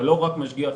אבל לא רק משגיח-מושגח,